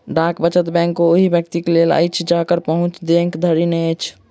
डाक वचत बैंक ओहि व्यक्तिक लेल अछि जकर पहुँच बैंक धरि नै अछि